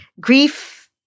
grief